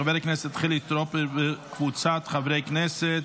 של חבר הכנסת חילי טרופר וקבוצת חברי הכנסת.